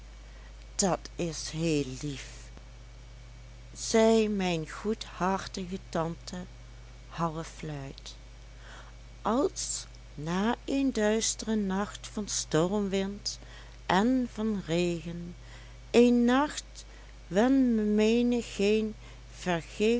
dat is heel lief zei mijn goedhartige tante halfluid als na een duistren nacht van stormwind en van regen een nacht wen menigeen